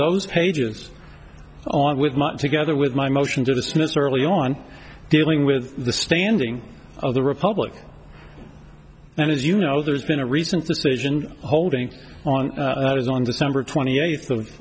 those pages on with much together with my motion to dismiss early on dealing with the standing of the republic and as you know there's been a recent decision holding on that is on december twenty eighth of